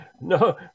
No